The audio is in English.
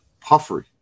puffery